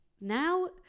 Now